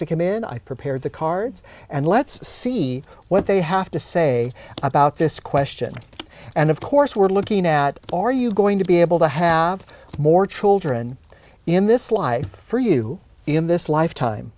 to come in i prepare the cards and let's see what they have to say about this question and of course we're looking at are you going to be able to have more children in this life for you in this lifetime